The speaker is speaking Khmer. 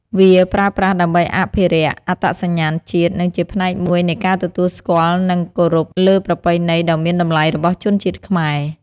វាប្រើប្រាស់ដើម្បីអភិរក្សអត្តសញ្ញាណជាតិ និងជាផ្នែកមួយនៃការទទួលស្គាល់និងគោរពលើប្រពៃណីដ៏មានតម្លៃរបស់ជនជាតិខ្មែរ។